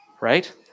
right